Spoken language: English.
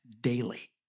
daily